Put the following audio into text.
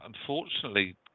unfortunately